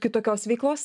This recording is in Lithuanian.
kitokios veiklos